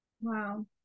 Wow